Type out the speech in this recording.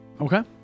Okay